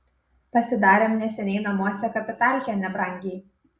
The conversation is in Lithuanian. pasidarėm neseniai namuose kapitalkę nebrangiai